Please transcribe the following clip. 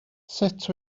sut